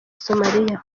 somaliya